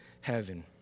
heaven